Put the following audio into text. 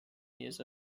years